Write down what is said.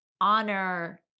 honor